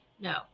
no